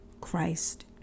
Christ